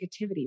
negativity